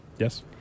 Yes